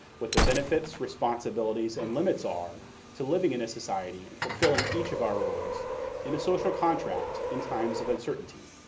what the benefits, responsibilities, and limits are to living in a society and fulfilling each of our roles in a social contract in times of uncertainty.